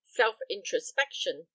self-introspection